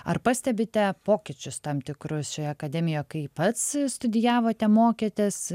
ar pastebite pokyčius tam tikrus šioje akademijoje kai pats studijavote mokėtės